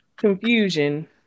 Confusion